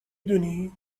دونی